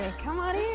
come on